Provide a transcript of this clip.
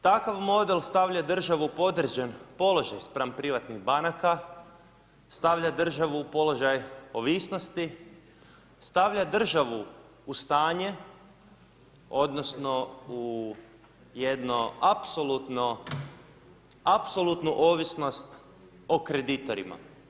Takav model stavlja državu u podređen položaj spram privatnih banaka, stavlja državu u položaj ovisnosti, stavlja državu u stanje odnosno u jedno apsolutnu ovisnost o kreditorima.